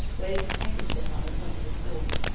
waved his handkerchief on the point of his sword.